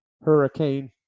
hurricane